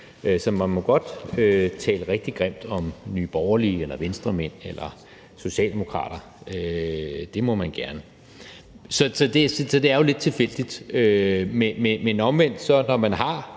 Så man må godt tale rigtig grimt om Nye Borgerlige-medlemmer, Venstremænd eller socialdemokrater; det må man gerne. Så det er jo lidt tilfældigt, men omvendt virker det da,